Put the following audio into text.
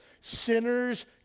Sinners